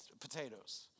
potatoes